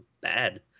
bad